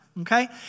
okay